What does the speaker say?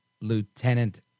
Lieutenant